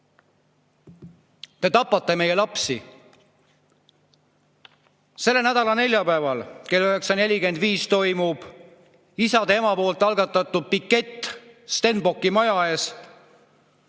Te tapate meie lapsi. Selle nädala neljapäeval kell 9.45 toimub isade‑emade algatatud pikett Stenbocki maja ees,